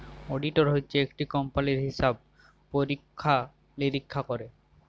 auditor হছে ইকট কম্পালির হিসাব পরিখ্খা লিরিখ্খা ক্যরে